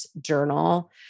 journal